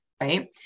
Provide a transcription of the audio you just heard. right